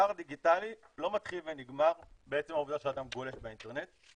פער דיגיטלי לא מתחיל ונגמר בעצם העובדה שאדם גולש באינטרנט,